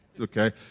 Okay